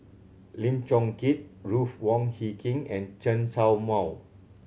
Lim Chong Keat Ruth Wong Hie King and Chen Show Mao